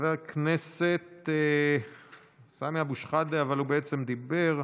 חבר הכנסת סמי אבו שחאדה, אבל הוא בעצם דיבר,